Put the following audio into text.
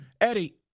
Eddie